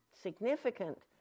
significant